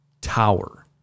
tower